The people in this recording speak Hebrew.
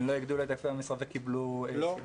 הם לא הגדילו את היקפי המשרה וקיבלו הסכם קיבוצי?